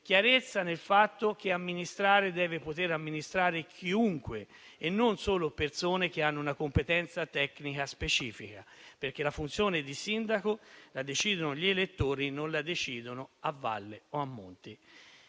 nonché nel fatto che deve poter amministrare chiunque e non solo persone che hanno una competenza tecnica specifica, perché la funzione di sindaco la decidono gli elettori e non, a valle o a monte,